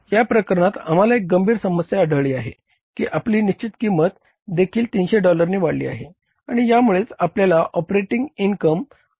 या प्रकरणात आम्हाला एक गंभीर समस्या आढळली आहे की आपली निश्चित किंमत देखील 300 डॉलरने वाढली आहे आणि यामुळेच आपल्या ऑपरेटिंग इनकम आहे